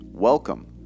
Welcome